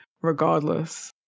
regardless